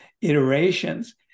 iterations